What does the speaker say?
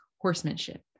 horsemanship